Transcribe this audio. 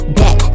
back